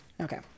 Okay